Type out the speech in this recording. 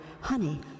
honey